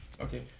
Okay